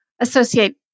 associate